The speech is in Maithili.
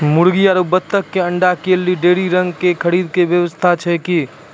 मुर्गी आरु बत्तक के अंडा के लेली डेयरी रंग के खरीद के व्यवस्था छै कि?